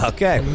Okay